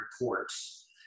reports